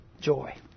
joy